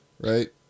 Right